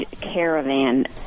Caravan